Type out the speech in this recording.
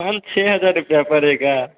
पाँच छः हजार रुया पड़ेगा